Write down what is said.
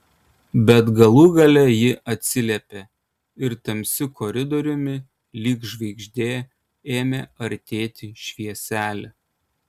bet galų gale ji atsiliepė ir tamsiu koridoriumi lyg žvaigždė ėmė artėti švieselė